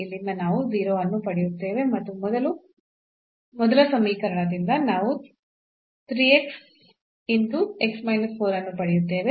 ಇಲ್ಲಿಂದ ನಾವು 0 ಅನ್ನು ಪಡೆಯುತ್ತೇವೆ ಮತ್ತು ಮೊದಲ ಸಮೀಕರಣದಿಂದ ನಾವು ಅನ್ನು ಪಡೆಯುತ್ತೇವೆ